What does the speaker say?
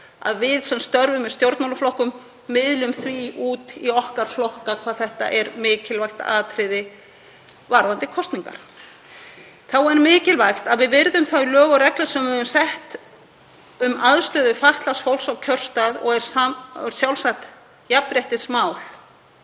að við sem störfum í stjórnmálaflokkum miðlum því út í okkar flokka hvað þetta er mikilvægt atriði varðandi kosningar. Þá er mikilvægt að við virðum þau lög og reglur sem við höfum sett um aðstöðu fatlaðs fólks á kjörstað og er sjálfsagt jafnréttismál